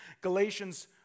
Galatians